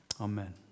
Amen